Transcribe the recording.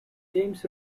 james